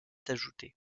ajoutés